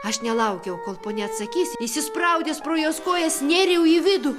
aš nelaukiau kol ponia atsakys įsispraudęs pro jos kojas nėriau į vidų